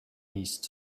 east